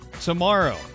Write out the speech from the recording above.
tomorrow